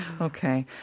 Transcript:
Okay